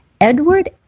Edward